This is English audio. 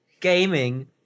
gaming